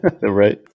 Right